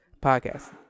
podcast